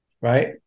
right